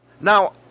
Now